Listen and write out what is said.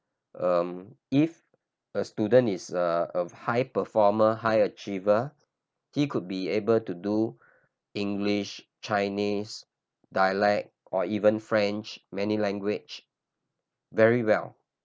um if a student is a a high performer high achiever he could be able to do english chinese dialect or even french many language very well